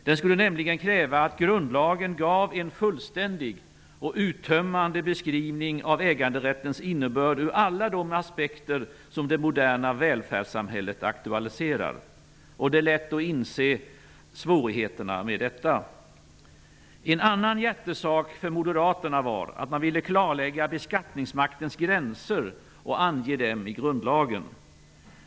Den skulle nämligen kräva att grundlagen gav en fullständig och uttömmande beskrivning av äganderättens innebörd ur alla de aspekter som det moderna välfärdssamhället aktualiserar. Det är lätt att inse svårigheterna med detta. En annan hjärtesak för Moderaterna var att man ville klarlägga beskattningsmaktens gränser och ange dem i grundlagen.